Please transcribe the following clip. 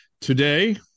today